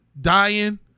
dying